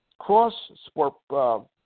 cross-sport